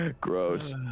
Gross